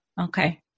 Okay